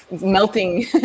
melting